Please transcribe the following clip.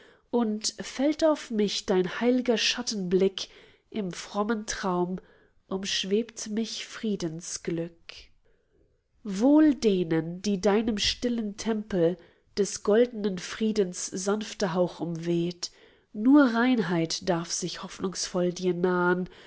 und fällt auf mich dein heil'ger schattenblick im frommen traum umschwebt mich friedensglück wohl denen die in deinem stillen tempel des goldnen friedens sanfter hauch umweht nur reinheit darf sich hoffnungsvoll dir nahn